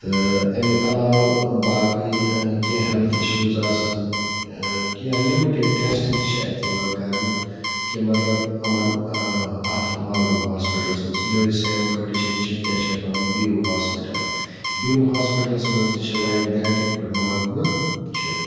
تہٕ اَمہِ علاوٕ باقٕے کیٚنٛہہ ہٮ۪لٕتھ اِشوٗز آسَن کیٚنٛہہ لِمِٹِڈ ٹٮ۪سٹ تہِ چھِ اَتہِ یِوان کَرنہٕ کہِ مطلب یِمَن اَتھ ماگَم ہاسپِٹلَس مَنٛز یِہوٚے سیم کَنڈِشَن چھِ کیٛاہ چھِ اَتھ وَنان بیٖروٗ ہاسپِٹَل بیٖروٗ ہاسپِٹلَس منٛز تہِ چھِ لایِک دیٹ یِتھ پٲٹھۍ ماگمہٕ چھِ